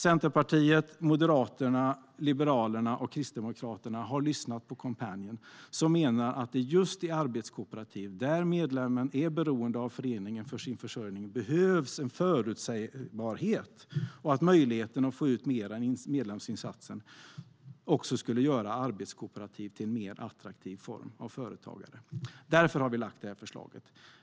Centerpartiet, Moderaterna, Liberalerna och Kristdemokraterna har lyssnat på Coompanion, som menar att det just i arbetskooperativ, där medlemmen är beroende av föreningen för sin försörjning, behövs en förutsebarhet och att möjligheten att få ut mer än medlemsinsatsen skulle göra arbetskooperativ till en mer attraktiv form av företagande. Därför har vi lagt det förslaget.